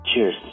Cheers